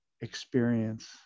experience